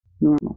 normal